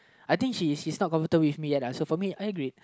I think she she's not comfortable with me yet lah so for me I agree